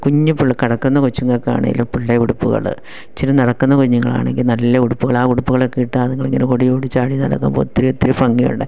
കുഞ്ഞു പിള്ള കിടക്കുന്ന കൊച്ചുങ്ങൾക്കാണെങ്കിലും പിള്ള ഉടുപ്പുകൾ ഇച്ചിരി നടക്കുന്ന കുഞ്ഞുങ്ങളാണെങ്കിൽ നല്ല ഉടുപ്പുകൾ ആ ഉടുപ്പുകളൊക്കെ ഇട്ട് അതുങ്ങളിങ്ങനെ ഓടി ഓടി ചാടി നടക്കുമ്പോൾ ഒത്തിരി ഒത്തിരി ഭംഗിയുണ്ട്